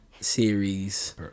series